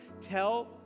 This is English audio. tell